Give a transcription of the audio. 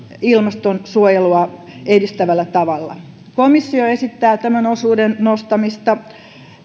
ilmastonsuojelua edistävällä tavalla komissio esittää tämän osuuden nostamista